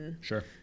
Sure